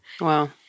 Wow